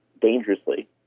dangerously